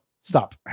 stop